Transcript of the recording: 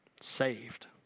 saved